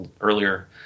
earlier